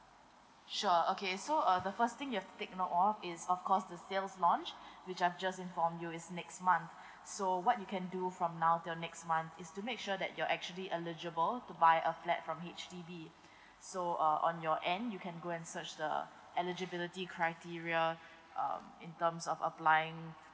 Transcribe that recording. sure okay so uh the first thing you have to take note of is of course the sales launch which I've just inform you is next month so what you can do from now till next month is to make sure that you're actually eligible to buy a flat from H_D_B so uh on your end you can go and search the eligibility criteria um in terms of applying